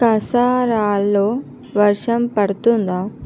కసారాలో వర్షం పడుతుందా